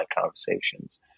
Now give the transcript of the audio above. conversations